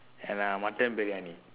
and uh mutton briyani